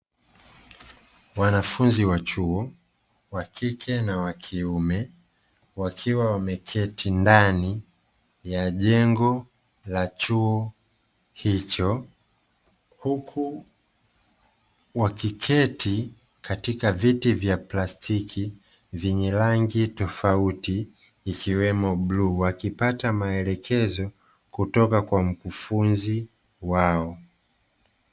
wanafunzi wa chuo wakike na wakiume wakiwa wameketi ndani ya jengo la chuo hicho. Huku wakiketi katika viti vya plastiki vyenye rangi tofauti ikiwemo bluu wakipata maelekezo kutoka kwa mkufunzi wao.